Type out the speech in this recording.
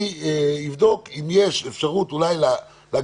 אני אבדוק אם יש אפשרות אולי להגביל